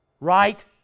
right